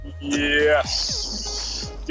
Yes